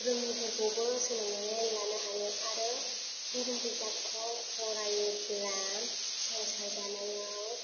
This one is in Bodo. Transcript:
रोङिफोरखौबो सोलोंनानै लानो हायो आरो धोरोम बिजाबखौ फरायोब्ला संसार जानायाव